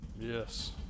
Yes